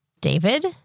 David